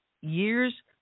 years